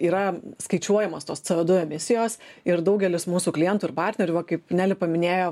yra skaičiuojamos tos co du emisijos ir daugelis mūsų klientų ir partnerių va kaip neli paminėjo